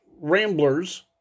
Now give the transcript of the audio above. Ramblers